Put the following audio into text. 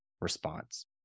response